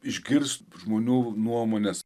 išgirst žmonių nuomones